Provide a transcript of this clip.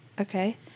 Okay